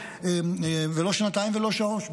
ולא שנתיים ולא שלוש,